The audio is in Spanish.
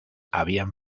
habían